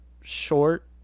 short